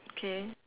K